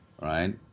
right